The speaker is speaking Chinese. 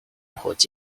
火箭